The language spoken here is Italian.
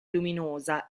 luminosa